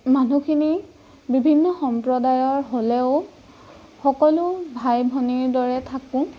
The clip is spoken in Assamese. মানুহখিনি বিভিন্ন সম্প্ৰদায়ৰ হ'লেও সকলো ভাই ভনীৰ দৰে থাকোঁ